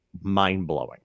mind-blowing